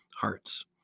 hearts